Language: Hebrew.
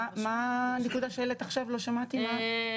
בסדר.